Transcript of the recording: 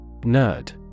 Nerd